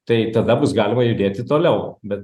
tai tada bus galima judėti toliau bet